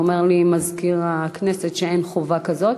אומר לי מזכיר הכנסת שאין חובה כזאת.